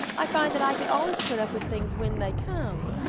i find that i can always put up with things when they come.